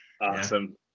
awesome